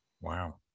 Wow